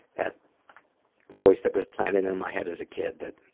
that voice that was planted in my head as a kid that